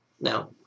Now